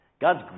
God's